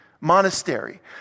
monastery